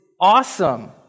awesome